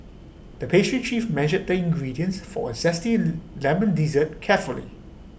the pastry chief measured the ingredients for A Zesty Lemon Dessert carefully